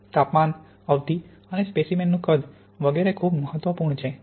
તાપમાન અવધિ અને સ્પેસીમેનનું કદ વગેરે ખૂબ મહત્વપૂર્ણ છે